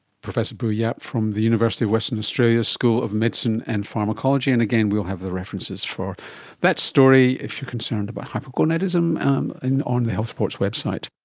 professor bu yeap from the university of western australia's school of medicine and pharmacology. and again, we'll have the references for that story if you are concerned about hypogonadism um and on the health report's website